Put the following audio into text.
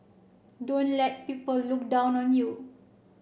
don't let people look down on you